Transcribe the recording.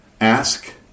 Ask